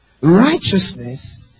Righteousness